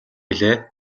билээ